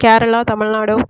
Kerala Tamil Nadu